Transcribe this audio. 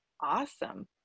Awesome